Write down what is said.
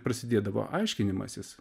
prasidėdavo aiškinimasis